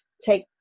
take